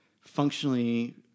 functionally